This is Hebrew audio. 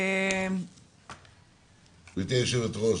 גברתי היושבת-ראש,